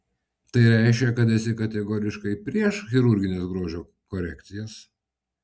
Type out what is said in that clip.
tai reiškia kad esi kategoriškai prieš chirurgines grožio korekcijas